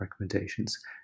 recommendations